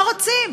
לא רוצים.